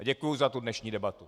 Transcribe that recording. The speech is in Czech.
Děkuji za dnešní debatu.